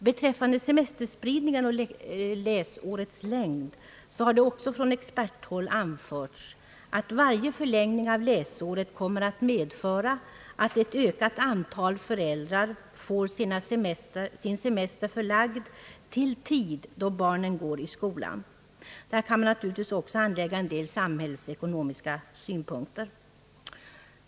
Beträffande semesterspridningen och läsårets längd har det också från experthåll framhållits att varje förlängning av läsåret kommer att medföra att ett ökat antal föräldrar kommer att få sin semester förlagd till tid då barnen går i skolan. Där kan man naturligtvis också anlägga en del samhällsekonomiska synpunkter.